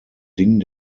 ding